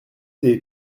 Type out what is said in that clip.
des